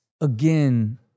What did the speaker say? Again